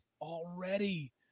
already